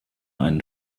einen